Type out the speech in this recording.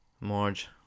Marge